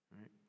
right